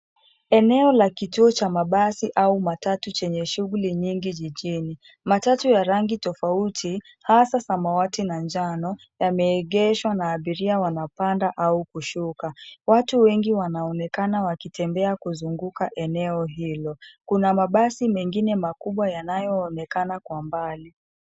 Eneo la kituo cha mabasi au matatu chenye shughuli nyingi jijini. Matatu ya rangi tofauti, hasa samawati na njano, yameegeshwa na abiria wanapanda au kushuka. Watu wengi wanaonekana wakitembea kuzunguka eneo hilo. Kuna mabasi mengine makubwa yanayoonekana kwa mbali.